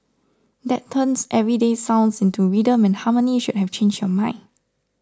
that turns everyday sounds into rhythm and harmony should have changed your mind